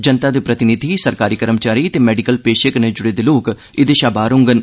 जनता दे प्रतिनिधि सरकारी कर्मचारी ते मैडिकल पेशे कन्नै जुड़े दे लोक एदे शा बाहर होंगन